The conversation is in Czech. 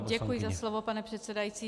Děkuji za slovo, pane předsedající.